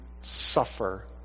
suffer